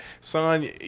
Son